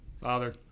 Father